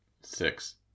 Six